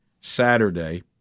Saturday